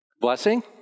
Blessing